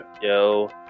Yo